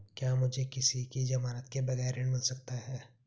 क्या मुझे किसी की ज़मानत के बगैर ऋण मिल सकता है?